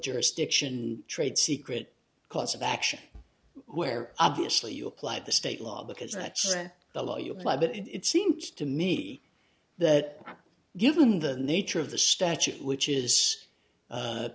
jurisdiction trade secret cause of action where obviously you applied the state law because that's the law you apply but it seems to me that given the nature of the statute which is